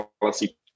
policy